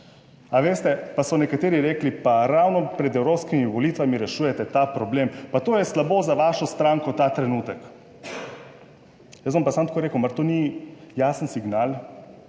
A veste, pa so nekateri rekli, pa ravno pred evropskimi volitvami rešujete ta problem, pa to je slabo za vašo stranko ta trenutek. Jaz bom pa samo tako rekel: mar to ni jasen signal,